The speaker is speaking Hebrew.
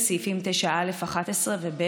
בהתאם לסעיפים 9(א)(11) ו-(ב)